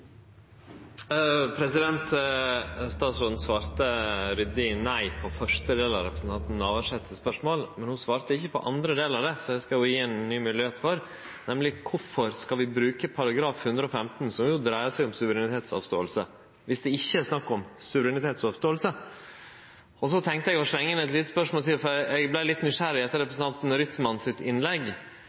Statsråden svarte ryddig nei på første del av representanten Navarsetes spørsmål, men ho svarte ikkje på andre del av det, så det skal eg gje ho ei ny moglegheit til, nemleg: Kvifor skal vi bruke § 115, som jo dreier seg om suverenitetsavståing, viss det ikkje er snakk om suverenitetsavståing? Så tenkte eg å slengje inn eit lite spørsmål til, for eg vart litt nysgjerrig etter innlegget til representanten Rytman. Mitt spørsmål er ganske enkelt: Var hans innlegg